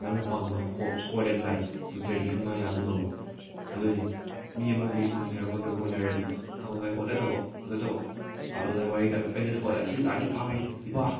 ꯅꯪꯅ ꯄꯥꯝꯕ ꯍꯣꯞ ꯏꯁꯄꯣꯔꯠ ꯑꯦꯟ ꯂꯥꯏꯟ ꯅꯠꯇ꯭ꯔꯗꯤ ꯁꯨꯡꯌꯥ ꯌꯥꯕ ꯉꯝꯃꯣꯏ ꯑꯗꯨꯅꯤ ꯃꯤ ꯑꯃꯒꯤ ꯑꯩꯈꯣꯏꯅ ꯍꯣꯠꯅꯕꯨ ꯍꯣꯠꯅꯔꯗꯤ ꯇꯧꯅꯉꯥꯏ ꯍꯣꯠꯅꯗꯧꯕ ꯍꯣꯠꯅꯗꯧꯕ ꯑꯗꯨꯅ ꯋꯥꯔꯤꯗ ꯑꯩꯅ ꯏꯁꯄꯣꯔꯠꯇ ꯁꯤ ꯂꯥꯏꯟꯁꯤ ꯄꯥꯝꯃꯤ ꯏꯃꯥ